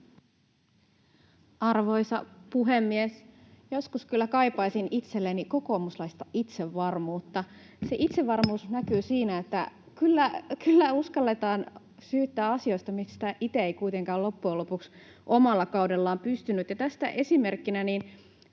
Arvoisa puhemies! Joskus kyllä kaipaisin itselleni kokoomuslaista itsevarmuutta. Se itsevarmuus näkyy siinä, että kyllä uskalletaan syyttää asioista, mihin itse ei kuitenkaan loppujen lopuksi olla omalla kaudella pystytty. Tästä esimerkkinä